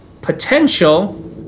potential